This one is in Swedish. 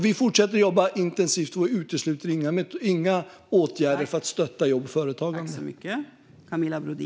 Vi fortsätter jobba intensivt och utesluter inga åtgärder för att stötta jobb och företagande.